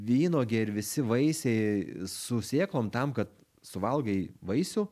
vynuogė ir visi vaisiai su sėklom tam kad suvalgai vaisių